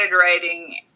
writing